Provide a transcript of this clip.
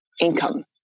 income